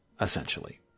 essentially